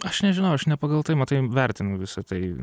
aš nežinau aš ne pagal tai matai vertinu visą tai